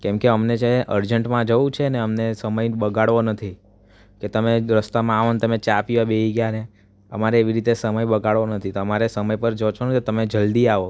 કેમકે અમને છે ને અર્જન્ટમાં જવું છે અને અમને સમય બગાડવો નથી તે તમે રસ્તામાં આવો ને તમે ચા પીવા બેસી ગયા ને અમારે એવી રીતે સમય બગાડવો નથી તમારે સમય પર જો છો ને તો તમે જલ્દી આવો